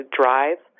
drive